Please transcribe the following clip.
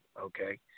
okay